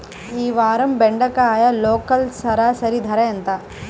ఈ వారం బెండకాయ లోకల్ సరాసరి ధర ఎంత?